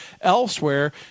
Elsewhere